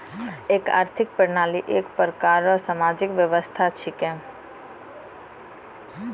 एक आर्थिक प्रणाली एक प्रकार रो सामाजिक व्यवस्था छिकै